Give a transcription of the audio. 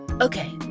Okay